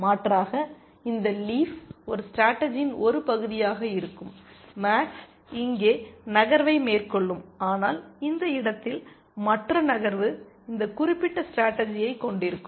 மாற்றாக இந்த லீஃப் ஒரு ஸ்டேடர்ஜியின் ஒரு பகுதியாக இருக்கும் மேக்ஸ் இங்கே நகர்வை மேற்கொள்ளும் ஆனால் இந்த இடத்தில் மற்ற நகர்வு இந்த குறிப்பிட்ட ஸ்டேடர்ஜியை கொண்டிருக்கும்